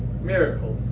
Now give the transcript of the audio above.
miracles